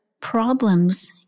problems